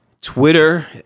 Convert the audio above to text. Twitter